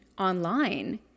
online